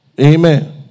Amen